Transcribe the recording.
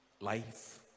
life